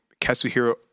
Katsuhiro